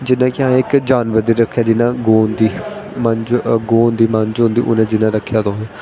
जियां कि असें इक जानवर रक्खी दी जियां गौ होंदी मंज गौ मंज होंदी जो रक्खेआ तुसें